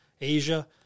Asia